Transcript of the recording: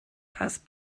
pass